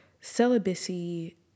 celibacy